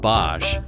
Bosch